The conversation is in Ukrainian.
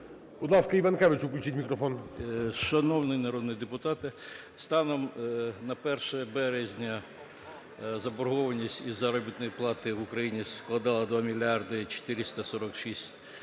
Шановні народні депутати, станом на 1 березня заборгованість із заробітної плати в Україні складала 2 мільярди 446